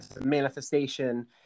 manifestation